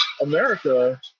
America